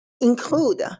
include